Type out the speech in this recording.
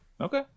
Okay